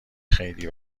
خیلی